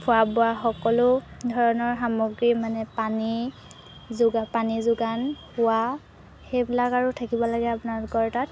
খোৱা বোৱা সকলো ধৰণৰ সামগ্ৰী মানে পানী পানী যোগান শোৱা সেইবিলাক আৰু থাকিব লাগে আপোনালোকৰ তাত